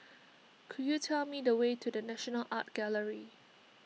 could you tell me the way to the National Art Gallery